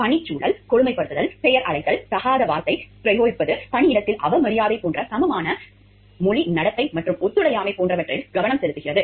பணிச்சூழல் கொடுமைப்படுத்துதல் பெயர் அழைத்தல் தகாத வார்த்தைப் பிரயோகம் பணியிடத்தில் அவமரியாதை போன்ற சமமான மொழி நடத்தை மற்றும் ஒத்துழையாமை போன்றவற்றில் கவனம் செலுத்துகிறது